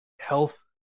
health